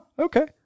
Okay